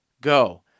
go